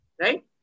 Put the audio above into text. right